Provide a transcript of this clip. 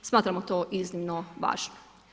Smatramo to iznimno važno.